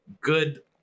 good